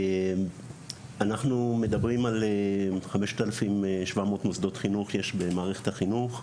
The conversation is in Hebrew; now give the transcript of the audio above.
אנחנו מדברים על 5700 מוסדות חינוך שיש במערכת החינוך.